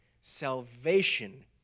Salvation